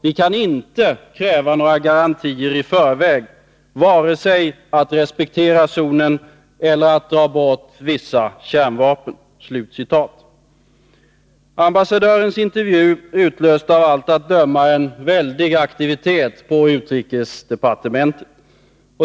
vi ”kan inte begära några garantier i förväg —-vare sig att respektera zonen eller att dra bort vissa kärnvapen”. Ambassadörens intervju utlöste av allt att döma en väldig aktivitet på utrikesdepartementet.